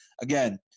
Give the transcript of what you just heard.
again